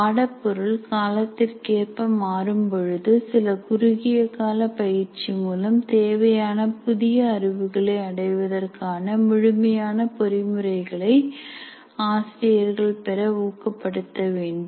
பாடப்பொருள் காலத்திற்கேற்ப மாறும் பொழுது சில குறுகிய கால பயிற்சி மூலம் தேவையான புதிய அறிவுகளை அடைவதற்கான முழுமையான பொறிமுறைகளை ஆசிரியர்கள் பெற ஊக்கப்படுத்த வேண்டும்